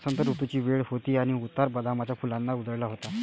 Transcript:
वसंत ऋतूची वेळ होती आणि उतार बदामाच्या फुलांनी उजळला होता